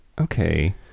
okay